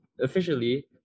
officially